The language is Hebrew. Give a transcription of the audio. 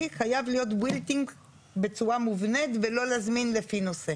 חייב להיות מובנה בצורה מובנית ולא להזמין לפי נושא.